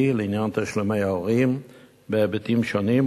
לעניין תשלומי הורים בהיבטים שונים,